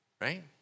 right